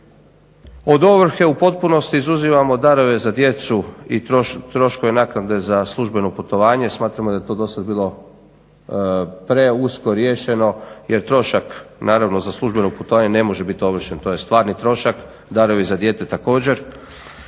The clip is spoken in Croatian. Od ovrhe u potpunosti izuzimamo darove za djecu i troškove naknade za službeno putovanje. Smatramo da je to do sad bilo preusko riješeno, jer trošak naravno za službeno putovanje ne može bit ovršen. To je stvarni trošak, darovi za dijete također.